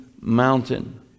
mountain